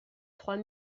trois